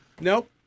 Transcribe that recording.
Nope